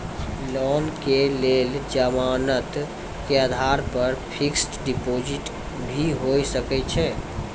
Loan के लेल जमानत के आधार पर फिक्स्ड डिपोजिट भी होय सके छै?